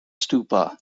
stupa